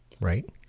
right